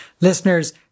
listeners